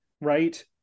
right